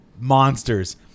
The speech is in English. monsters